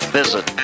visit